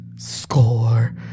Score